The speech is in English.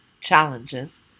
challenges